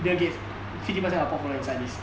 bill gates fifty percent of population inside this